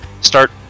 start